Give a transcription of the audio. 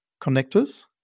connectors